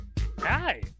Hi